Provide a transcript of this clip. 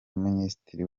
minisitiri